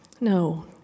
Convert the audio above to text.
No